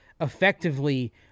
effectively